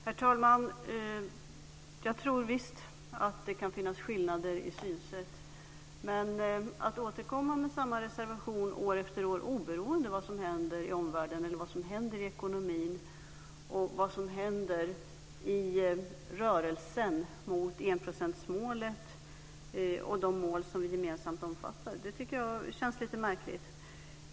Herr talman! Jag tror visst att det kan finnas skillnader i synsätt, men att återkomma med samma reservation år efter år, oberoende av vad som händer i omvärlden, vad som händer i ekonomin och vad som händer i rörelsen mot enprocentsmålet och de mål som vi gemensamt omfattar tycker jag känns lite märkligt.